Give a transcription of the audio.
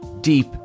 deep